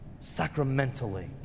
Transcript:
sacramentally